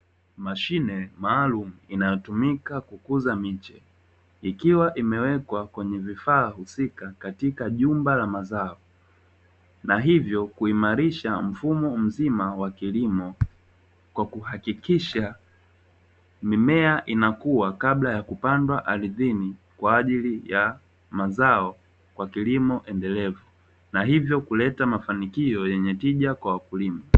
Mashine maalumu inayotumika kukuza miche, ikiwa imewekwa kwenye vifaa husika katika jumba la mazao na hivyo kuimarisha mfumo mzima wa kilimo; kwa kuhakikisha mimea inakua kabla ya kupandwa ardhini kwa ajili ya mazao kwa kilimo endelevu na hivyo kuleta mafanikio yenye tija kwa wakulima.